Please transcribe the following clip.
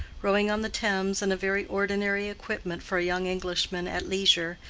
rowing on the thames in a very ordinary equipment for a young englishman at leisure,